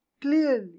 clearly